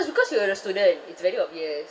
it's because you're a student it's very obvious